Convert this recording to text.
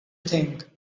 thing